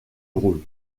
rôle